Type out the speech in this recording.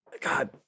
God